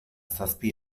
zazpi